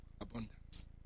abundance